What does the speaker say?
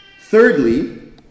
Thirdly